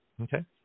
Okay